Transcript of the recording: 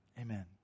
Amen